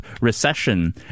recession